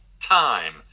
time